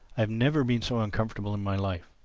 i've never been so uncomfortable in my life.